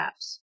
apps